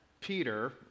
Peter